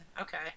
Okay